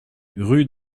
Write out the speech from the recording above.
rue